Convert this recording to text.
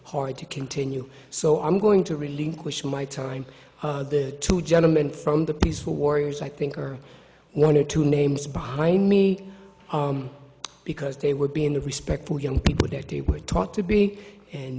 hard to continue so i'm going to relinquish my time the two gentlemen from the peaceful warriors i think are one or two names behind me because they were being the respect for young people that they were taught to be and